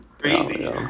Crazy